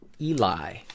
Eli